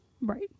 Right